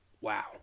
wow